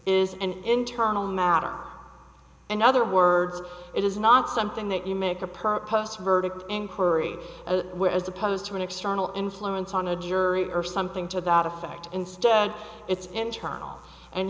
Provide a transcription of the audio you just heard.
an internal matter in other words it is not something that you make a purpose verdict inquiry as opposed to an external influence on a jury or something to that effect instead it's internal and